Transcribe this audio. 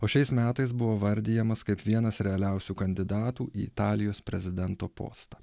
o šiais metais buvo įvardijamas kaip vienas realiausių kandidatų į italijos prezidento postą